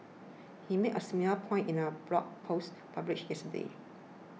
he made a similar point in a blog post published yesterday